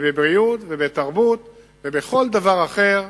בבריאות, בתרבות ובכל דבר אחר.